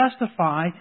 justify